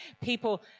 people